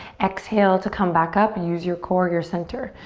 exhale to come back up. use your core, your center.